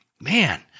man